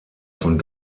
von